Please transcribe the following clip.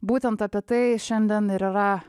būtent apie tai šiandien ir yra